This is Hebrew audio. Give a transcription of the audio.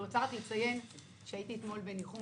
אני רוצה לציין שהייתי אתמול בניחום